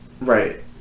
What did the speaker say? right